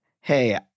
hey